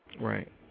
Right